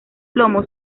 plomo